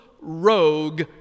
rogue